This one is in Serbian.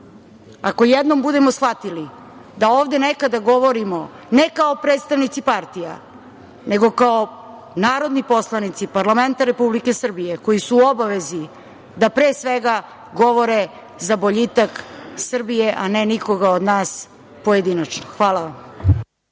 ako jednom budemo shvatili da ovde nekada govorimo ne kao predstavnici partija, nego kao narodni poslanici parlamenta Republike Srbije koji su u obavezi da, pre svega, govore za boljitak Srbije, a ne nikoga od nas pojedinačno. Hvala vam.